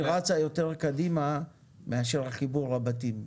היא רצה יותר קדימה מהחיבור לבתים.